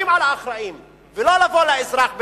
על האחראים ולא לבוא לאזרח בטענות.